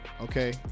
Okay